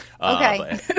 Okay